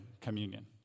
communion